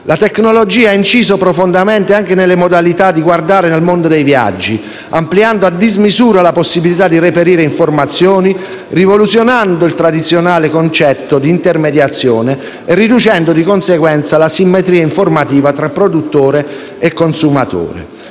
La tecnologia ha inciso profondamente anche nelle modalità di guardare al mondo dei viaggi, ampliando a dismisura la possibilità di reperire informazioni, rivoluzionando il tradizionale concetto di intermediazione e riducendo di conseguenza l'asimmetria informativa tra produttore e consumatore.